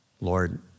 Lord